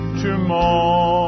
tomorrow